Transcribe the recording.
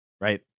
Right